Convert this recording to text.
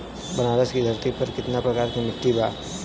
बनारस की धरती पर कितना प्रकार के मिट्टी बा?